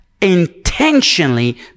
intentionally